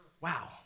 Wow